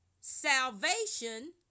Salvation